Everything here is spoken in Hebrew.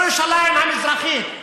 לירושלים המזרחית.